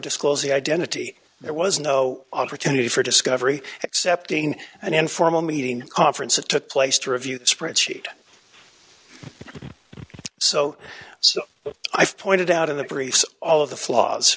disclose the identity there was no opportunity for discovery excepting an informal meeting conference that took place to review the spreadsheet so i've pointed out in the briefs all of the flaws